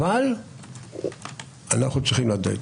אנחנו צריכים לדעת,